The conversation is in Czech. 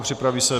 Připraví se...